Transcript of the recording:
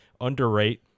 underrate